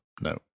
No